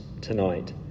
tonight